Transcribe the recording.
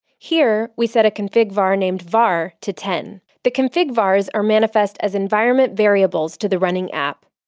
here we set a config var named var to ten. the config vars are manifest as environment variables to the running app.